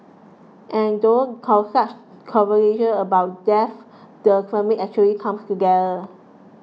and through such conversations about death the family actually comes together